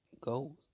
goals